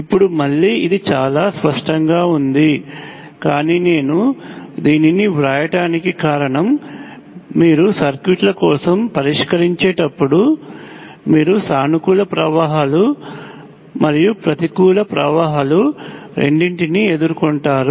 ఇప్పుడు మళ్ళీ ఇది చాలా స్పష్టంగా ఉంది కానీ నేను దీనిని వ్రాయడానికి కారణం మీరు సర్క్యూట్ల కోసం పరిష్కరించేటప్పుడు మీరు సానుకూల ప్రవాహాలు మరియు ప్రతికూల ప్రవాహాలు రెండింటినీ ఎదుర్కొంటారు